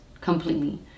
completely